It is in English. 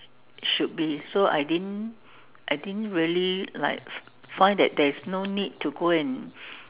should be so I didn't I didn't really like find that there is no need to go and